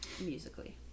musically